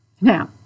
now